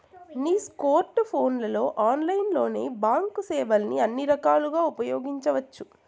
నీ స్కోర్ట్ ఫోన్లలో ఆన్లైన్లోనే బాంక్ సేవల్ని అన్ని రకాలుగా ఉపయోగించవచ్చు